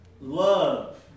Love